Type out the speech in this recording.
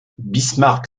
bismarck